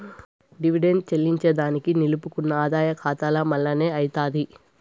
dividend చెల్లింజేదానికి నిలుపుకున్న ఆదాయ కాతాల మల్లనే అయ్యితాది